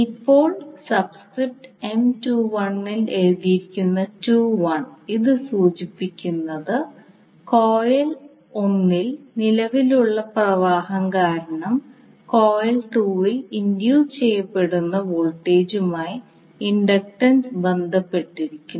ഇപ്പോൾ subscript M21 ൽ എഴുതിയ 21 ഇത് സൂചിപ്പിക്കുന്നത് കോയിൽ 1 ൽ നിലവിലുള്ള പ്രവാഹം കാരണം കോയിൽ 2 ൽ ഇൻഡ്യൂസ് ചെയ്യപ്പെടുന്ന വോൾട്ടേജുമായി ഇൻഡക്റ്റൻസ് ബന്ധപ്പെട്ടിരിക്കുന്നു